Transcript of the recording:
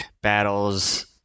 battles